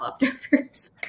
leftovers